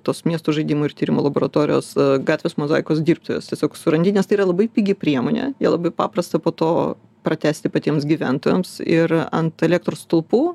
tos miesto žaidimų ir tyrimų laboratorijos gatvės mozaikos dirbtuvės tiesiog surandi nes tai yra labai pigi priemonė ją labai paprasta po to pratęsti patiems gyventojams ir ant elektros stulpų